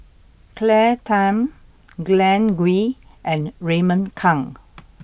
Claire Tham Glen Goei and Raymond Kang